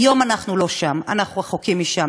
היום אנחנו לא שם, אנחנו רחוקים משם.